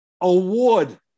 award